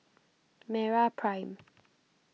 MeraPrime